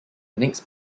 next